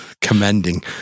Commending